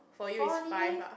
four only meh